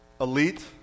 elite